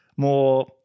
more